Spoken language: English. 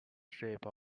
shape